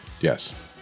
Yes